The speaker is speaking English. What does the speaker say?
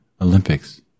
Olympics